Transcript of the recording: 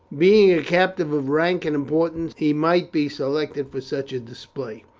being a captive of rank and importance, he might be selected for such a display.